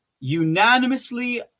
unanimously